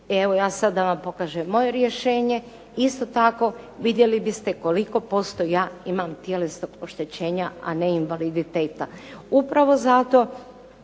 evo ja sad da vam pokažem moje rješenje, isto tako vidjeli biste koliko posto ja imam tjelesnog oštećenja, a ne invaliditeta. Upravo zato